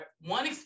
one